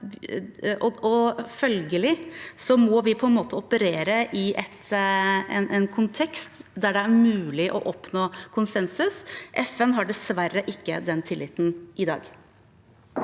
Følgelig må vi operere i en kontekst hvor det er mulig å oppnå konsensus. FN har dessverre ikke den tilliten i dag.